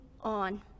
on